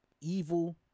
Evil